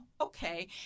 okay